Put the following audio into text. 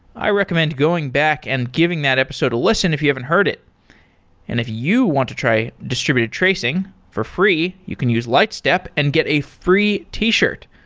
i recommend going back and giving that episode a listen if you haven't heard it and if you want to try distributed tracing for free, you can use lightstep and get a free t-shirt.